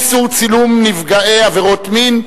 איסור צילום נפגעי עבירה מינית),